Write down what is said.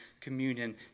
communion